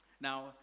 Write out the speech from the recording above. Now